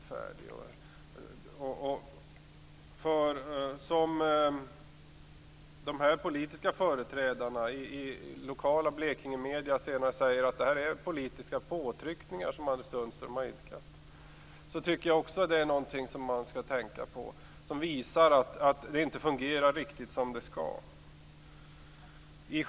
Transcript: De här politiska företrädarna säger senare i lokala Blekingemedier att det är politiska påtryckningar som Anders Sundström har idkat. Det är också något som jag tycker att man skall tänka på. Det visar ju att det inte riktigt fungerar som det skall.